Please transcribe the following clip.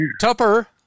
tupper